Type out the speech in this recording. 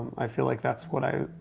i feel like that's what i,